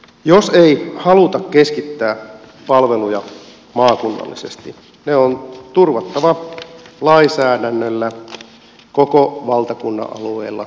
jos ei haluta keskittää palveluja maakunnallisesti ne on turvattava lainsäädännöllä koko valtakunnan alueella tietyin kriteerein